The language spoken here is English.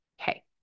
Okay